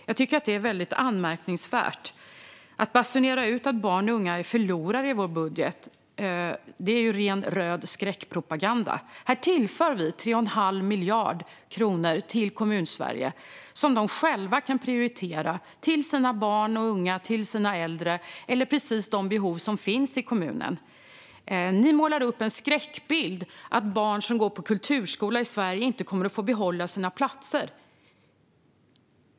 Jag tycker att det är anmärkningsvärt att basunera ut att barn och unga är förlorare i vår budget. Det är ren röd skräckpropaganda. Vi tillför 3 1⁄2 miljard kronor till Kommunsverige. Då kan kommunerna själva prioritera sina barn och unga, sina äldre eller precis de behov som finns i kommunen. Ni målar upp en skräckbild: att barn som går i kulturskola i Sverige inte kommer att få behålla sina platser.